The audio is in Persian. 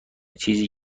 چیزی